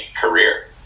career